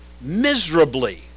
miserably